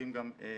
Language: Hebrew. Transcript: בקווים גם בצפון.